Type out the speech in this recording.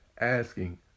asking